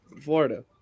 Florida